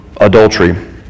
adultery